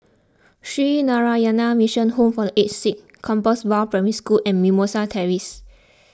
Sree Narayana Mission Home for the Aged Sick Compassvale Primary School and Mimosa Terrace